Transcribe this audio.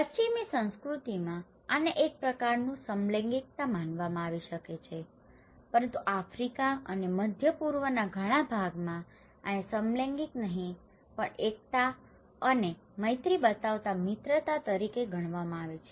પશ્ચિમી સંસ્કૃતિમાં આને એક પ્રકારનું સમલૈંગિકતા માનવામાં આવી શકે છે પરંતુ આફ્રિકા અને મધ્ય પૂર્વના ઘણા ભાગોમાં આને સમલૈંગિક નહીં પણ એકતા અને મૈત્રી બતાવતા મિત્રતા તરીકે ગણવામાં આવે છે